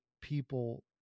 people